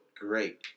great